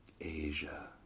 Asia